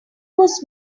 was